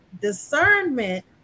discernment